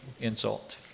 insult